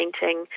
painting